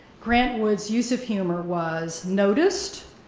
grant wood's use of humor was noticed,